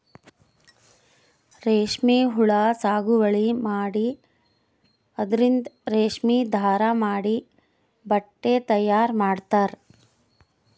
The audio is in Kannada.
ರೇಶ್ಮಿ ಹುಳಾ ಸಾಗುವಳಿ ಮಾಡಿ ಅದರಿಂದ್ ರೇಶ್ಮಿ ದಾರಾ ಮಾಡಿ ಬಟ್ಟಿ ತಯಾರ್ ಮಾಡ್ತರ್